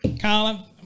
Colin